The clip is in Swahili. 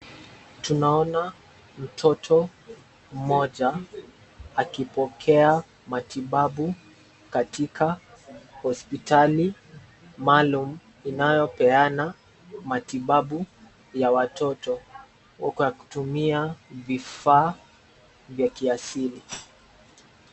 Tunaona mtoto mmoja akipokea matibabu katika hospitali maalum inayopeana matibabu ya watoto kwa kutumia vifaa vya kiasili.